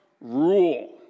rule